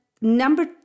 number